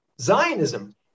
Zionism